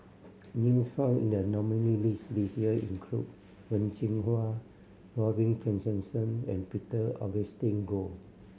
names found in the nominee list this year include Wen Jinhua Robin Tessensohn and Peter Augustine Goh